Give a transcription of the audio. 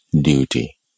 duty